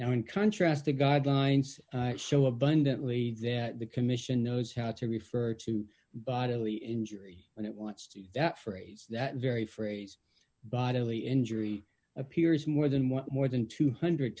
now in contrast the guidelines show abundantly that the commission knows how to refer to bodily injury and it wants to use that phrase that very phrase bodily injury appears more than one more than two hundred